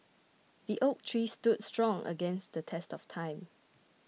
the oak tree stood strong against the test of time